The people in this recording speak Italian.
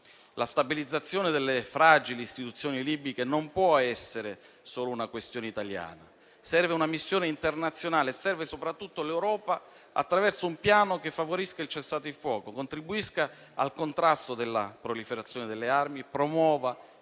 La stabilizzazione delle fragili istituzioni libiche non può essere solo una questione italiana: serve una missione internazionale e serve soprattutto l'Europa attraverso un piano che favorisca il cessate il fuoco, che contribuisca al contrasto della proliferazione delle armi, che promuova